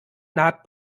naht